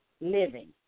living